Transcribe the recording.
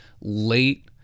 late